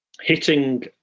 hitting